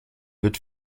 wird